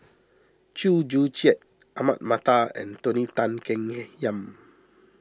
Chew Joo Chiat Ahmad Mattar and Tony Tan Keng Him Yam